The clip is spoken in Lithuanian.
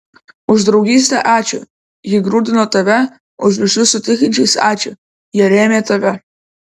už draugystę ačiū ji grūdino tave už ryšius su tikinčiais ačiū jie rėmė tave